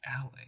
alley